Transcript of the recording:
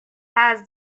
has